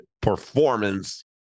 performance